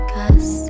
Cause